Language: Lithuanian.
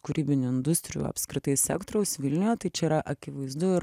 kūrybinių industrijų apskritai sektoriaus vilniuje tai čia yra akivaizdu ir